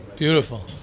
Beautiful